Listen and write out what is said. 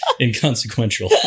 inconsequential